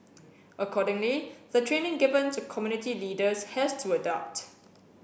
accordingly the training given to community leaders has to adapt